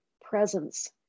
presence